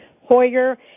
hoyer